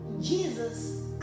Jesus